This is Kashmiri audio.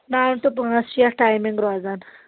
نَو ٹُہ پانٛژھ چھ یتھ ٹایمِنگ روزان